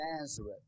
Nazareth